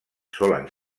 solen